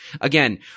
again